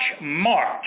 March